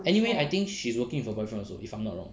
anyway I think she's working with her boyfriend also if I'm not wrong